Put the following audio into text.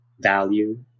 value